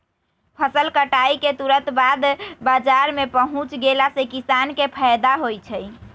फसल कटाई के तुरत बाद बाजार में पहुच गेला से किसान के फायदा होई छई